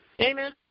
Amen